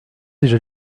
déjà